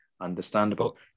understandable